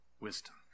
wisdom